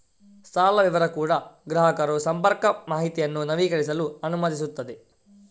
ಸಾಲ ವಿವರ ಕೂಡಾ ಗ್ರಾಹಕರು ಸಂಪರ್ಕ ಮಾಹಿತಿಯನ್ನು ನವೀಕರಿಸಲು ಅನುಮತಿಸುತ್ತದೆ